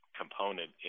component